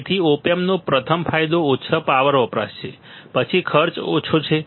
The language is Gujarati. તેથી ઓપ એમ્પનો પ્રથમ ફાયદો ઓછો પાવર વપરાશ છે પછી ખર્ચ ઓછો છે